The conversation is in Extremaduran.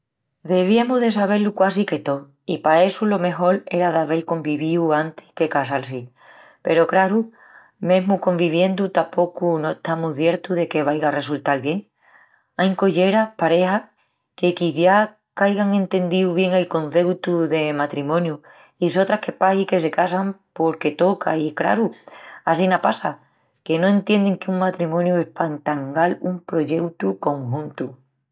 Deviamus de sabé-lu quasi que tó i pa essu lo mejol era d'avel convivíu antis de casal-si. Peru craru, mesmu conviviendu tapocu no estamus ciertus de que vaiga a resultal bien. Ain colleras, parejas, que quiciás qu'aigan entendíu bien el conceutu de matrimoniu i sotras que pahi que se casan porque toca i, craru, assina passa, que no entiendin que un matrimoniu es pa entangal un proyeutu conjuntu.